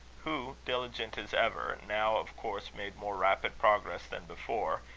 who, diligent as ever, now of course made more rapid progress than before,